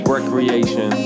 Recreation